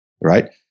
right